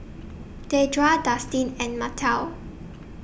Deidra Dustin and Martell